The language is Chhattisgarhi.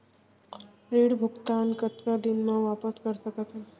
ऋण भुगतान कतका दिन म वापस कर सकथन?